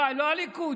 לא הליכוד.